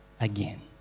again